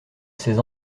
ces